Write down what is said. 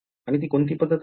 आणि ती कोणती आहे